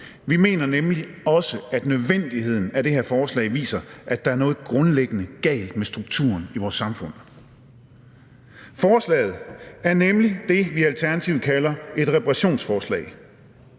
Vi mener nemlig også, at nødvendigheden af det her forslag viser, at der er noget grundlæggende galt med strukturen i vores samfund. Forslaget er nemlig det, vi i Alternativet kalder et reparationsforslag.